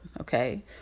Okay